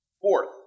Fourth